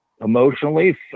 emotionally